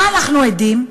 למה אנחנו עדים?